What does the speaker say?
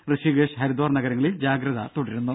ഋഷികേഷ് ഹരിദ്വാർ നഗരങ്ങളിൽ ജാഗ്രത തുടരുന്നു